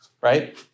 right